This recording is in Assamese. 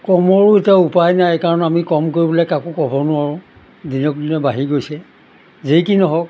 কমোৱাৰো এতিয়া উপায় নাই কাৰণ আমি কম কৰিবলৈ কাকো ক'ব নোৱাৰোঁ দিনক দিনে বাঢ়ি গৈছে যেই কি নহওক